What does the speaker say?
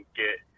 get